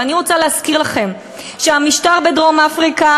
ואני רוצה להזכיר לכם שהמשטר בדרום-אפריקה,